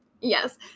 Yes